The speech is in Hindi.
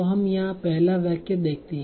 तो हम यहाँ पहला वाक्य देखते हैं